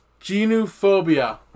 genophobia